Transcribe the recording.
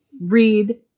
Read